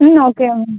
ம் okay ma'am